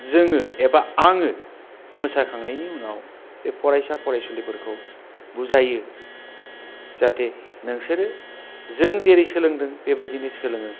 जोङो एबा आङो मोसाखांनायनि उनाव बे फरायसा फरायसुलिफोरखौ बुजायो जाहाथे नोंसोरो जों जेरै सोलोंदों बेबायदिनो सोलोङो